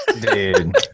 Dude